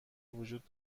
وجود